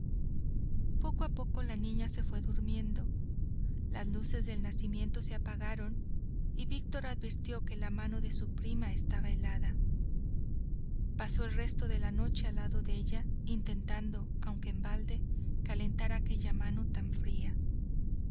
poco a poco la niña se fue durmiendo las luces del nacimiento se apagaron y víctor advirtió que la mano de su prima estaba helada pasó el resto de la noche al lado de ella intentando aunque en balde calentar aquella mano tan fría